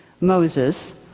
Moses